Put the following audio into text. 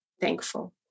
thankful